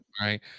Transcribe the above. Right